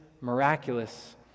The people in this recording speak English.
miraculous